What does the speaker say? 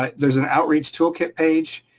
like there's an outreach tool kit page,